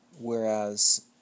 Whereas